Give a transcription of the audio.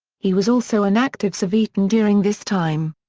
he was also an active civitan during this time.